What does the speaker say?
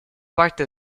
parte